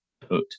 put